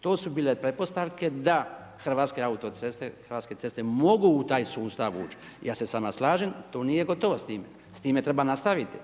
To su bile pretpostavke da Hrvatske autoceste, Hrvatske ceste mogu u taj sustav ući. Ja se s vama slažem, tu nije gotovo s tim, treba nastaviti.